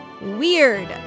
weird